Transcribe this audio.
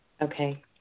Okay